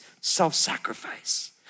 self-sacrifice